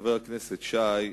חבר הכנסת שי,